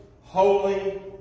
holy